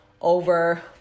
over